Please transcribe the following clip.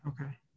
Okay